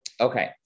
Okay